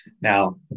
Now